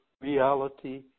reality